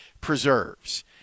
preserves